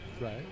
Right